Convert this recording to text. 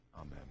Amen